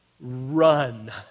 Run